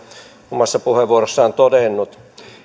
omassa puheenvuorossaan todennut